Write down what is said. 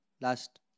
last